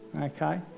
Okay